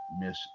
Miss